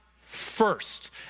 first